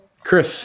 chris